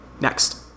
Next